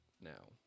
now